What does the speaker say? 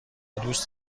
دوست